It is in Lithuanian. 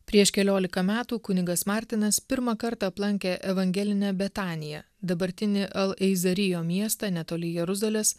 prieš keliolika metų kunigas martinas pirmą kartą aplankė evangelinę betaniją dabartinį el eizerijo miestą netoli jeruzalės